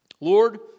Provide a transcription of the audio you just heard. Lord